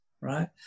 right